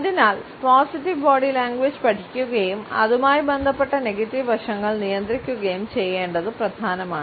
അതിനാൽ positive body language പഠിക്കുകയും അതുമായി ബന്ധപ്പെട്ട നെഗറ്റീവ് വശങ്ങൾ നിയന്ത്രിക്കുകയും ചെയ്യേണ്ടത് പ്രധാനമാണ്